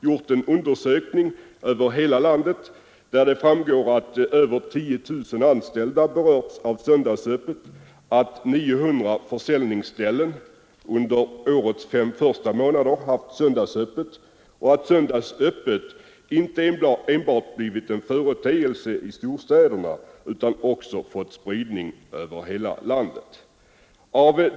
Det framgår där att över 10 000 anställda berörts av söndagsöppet, att 900 försäljningsställen under årets fem första månader haft söndagsöppet och att söndagsöppet inte enbart blivit en företeelse i storstäderna utan också fått spridning över hela landet.